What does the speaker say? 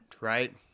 right